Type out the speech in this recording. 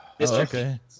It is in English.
okay